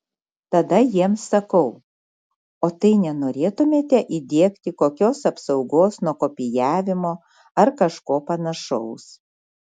tada jiems sakau o tai nenorėtumėte įdiegti kokios apsaugos nuo kopijavimo ar kažko panašaus